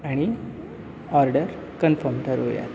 आणि order confirm ठरवूया